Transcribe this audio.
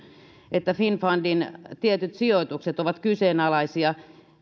että finnfundin tietyt sijoitukset ovat kyseenalaisia